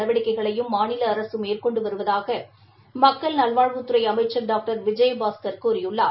நடவடிக்கைகளையும் மாநில அரசு மேற்கொண்டு வருவதாக மக்கள் நல்வாழ்வுத்துறை அமைச்சர் டாக்டர் விஜயபாஸ்கர் கூறியுள்ளார்